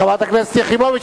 חברת הכנסת יחימוביץ,